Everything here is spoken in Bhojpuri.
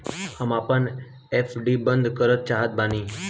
हम आपन एफ.डी बंद करना चाहत बानी